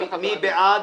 מי בעד?